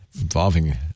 Involving